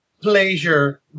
pleasure